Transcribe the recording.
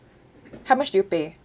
how much do you pay